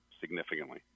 significantly